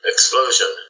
Explosion